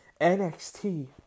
NXT